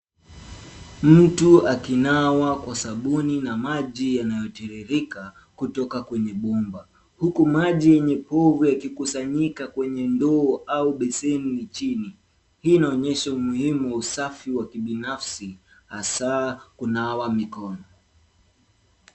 Mtu akinawa kwa sabuni na maji yanayotiririka kutoka kwenye bomba huku maji yenye povu yakikusanyika kwenye ndoo au beseni chini. Hii inaonyesha umuhimu wa usafi wa kibinafsi hasa kunawa mikono.